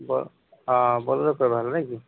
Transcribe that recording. ହଁ ବୋଲେରୋ କହିବା ହେଲେ ନାଇ କି